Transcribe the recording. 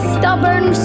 stubborn